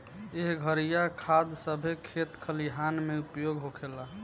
एह घरिया खाद सभे खेत खलिहान मे उपयोग होखेला